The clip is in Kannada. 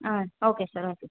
ಹಾಂ ಓಕೆ ಸರ್ ಓಕೆ